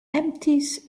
empties